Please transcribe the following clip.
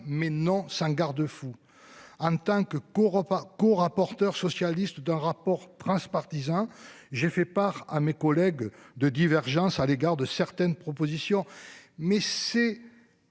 mais non sans garde-fous. En tant que co-repart co-rapporteur socialiste d'un rapport transpartisan. J'ai fait part à mes collègues de divergences à l'égard de certaines propositions